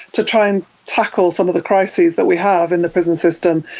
to try and tackle some of the crises that we have in the prison system.